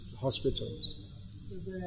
hospitals